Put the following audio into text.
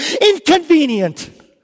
inconvenient